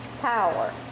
power